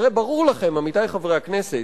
הרי ברור לכם, עמיתי חברי הכנסת,